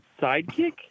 sidekick